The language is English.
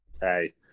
Hey